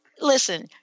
listen